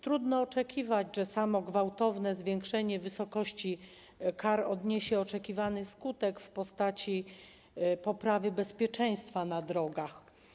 Trudno oczekiwać, że samo gwałtowne zwiększenie wysokości kar odniesie oczekiwany skutek w postaci poprawy bezpieczeństwa na drogach.